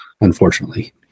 unfortunately